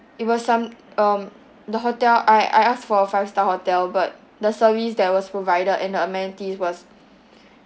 it was some um the hotel I I asked for a five star hotel but the service that was provided and the amenities was